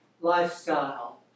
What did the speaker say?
lifestyle